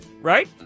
right